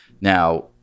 Now